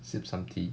sip some tea